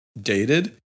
dated